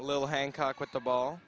little hancock with the ball